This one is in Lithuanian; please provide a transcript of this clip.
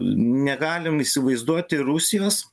negalim įsivaizduoti rusijos